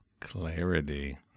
Clarity